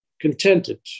contented